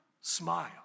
smile